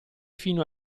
fino